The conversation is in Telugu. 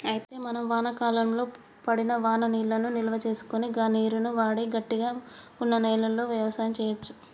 అయితే మనం వానాకాలంలో పడిన వాననీళ్లను నిల్వసేసుకొని గా నీరును వాడి గట్టిగా వున్న నేలలో యవసాయం సేయచ్చు